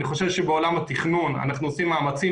אני חושב שבעולם התכנון אנחנו עושים מאמצים